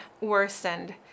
worsened